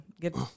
get